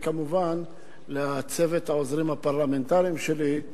וכמובן לצוות העוזרים הפרלמנטריים שלי,